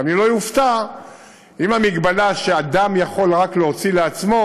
ואני לא אופתע אם המגבלה שאדם יכול רק להוציא לעצמו